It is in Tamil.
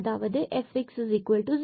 எனவே இங்கு fx0